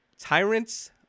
tyrants